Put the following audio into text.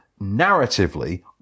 narratively